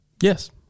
Yes